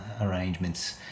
arrangements